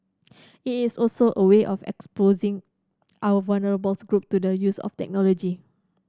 it is also a way of exposing our vulnerable's groups to the use of technology